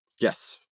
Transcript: Yes